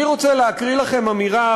אני רוצה להקריא לכם אמירה,